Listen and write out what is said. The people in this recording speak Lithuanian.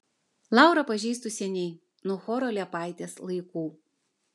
laurą pažįstu seniai nuo choro liepaitės laikų